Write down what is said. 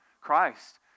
Christ